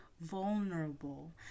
vulnerable